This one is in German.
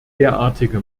derartige